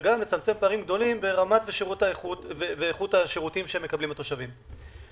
וגם מצמצם פערים גדולים ברמת השירות ואיכות השירותים שהתושבים מקבלים.